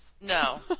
no